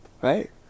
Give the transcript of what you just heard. right